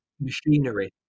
machinery